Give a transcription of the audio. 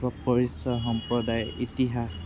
লোকবিশ্বাস সম্প্ৰদায় ইতিহাস